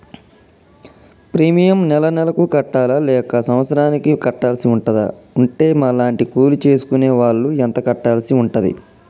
Premium నెల నెలకు కట్టాలా లేక సంవత్సరానికి కట్టాల్సి ఉంటదా? ఉంటే మా లాంటి కూలి చేసుకునే వాళ్లు ఎంత కట్టాల్సి ఉంటది?